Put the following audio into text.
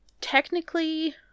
technically